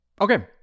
Okay